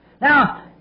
Now